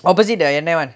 opposite the எண்ணை:yennai [one]